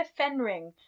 Fenring